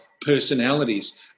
personalities